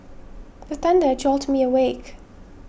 the thunder jolt me awake